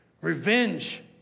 revenge